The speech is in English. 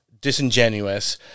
disingenuous